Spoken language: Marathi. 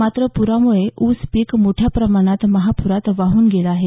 मात्र पुरामुळे ऊस पीक मोठ्या प्रमाणात महापुरात वाहून गेल आहे